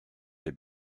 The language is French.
les